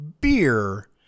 beer